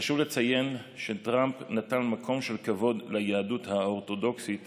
חשוב לציין שטראמפ נתן מקום של כבוד ליהדות האורתודוקסית